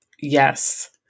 Yes